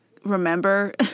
remember